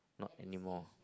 not anymore